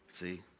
See